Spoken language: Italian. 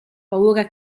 paura